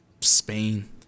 Spain